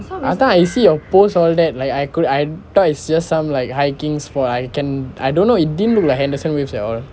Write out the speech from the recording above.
I thought I see your post all that right I could I thought is just some like hiking spot I can I don't know it didn't look like henderson waves at all